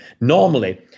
normally